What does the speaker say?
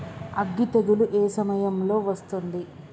అగ్గి తెగులు ఏ సమయం లో వస్తుంది?